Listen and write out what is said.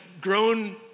grown